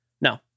No